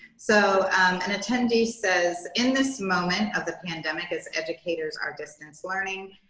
so an attendee says, in this moment of the pandemic as educators are distance learning,